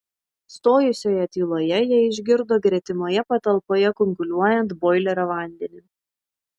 stojusioje tyloje jie išgirdo gretimoje patalpoje kunkuliuojant boilerio vandenį